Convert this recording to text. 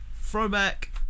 throwback